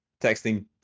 texting